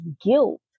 guilt